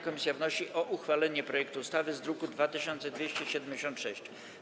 Komisja wnosi o uchwalenie projektu ustawy z druku nr 2276.